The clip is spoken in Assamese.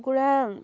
কুকুৰা